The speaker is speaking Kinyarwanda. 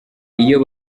iyo